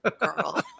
girl